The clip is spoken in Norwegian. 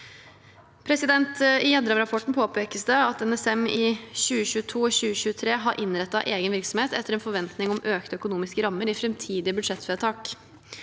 i fokus. I Gjedrem-rapporten påpekes det at NSM i 2022 og 2023 har innrettet egen virksomhet etter en forventning om økte økonomiske rammer i framtidige budsjettvedtak.